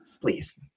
please